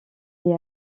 est